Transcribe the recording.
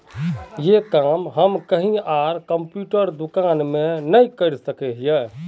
ये काम हम कहीं आर कंप्यूटर दुकान में नहीं कर सके हीये?